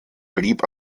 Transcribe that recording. blieb